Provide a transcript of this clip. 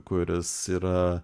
kuris yra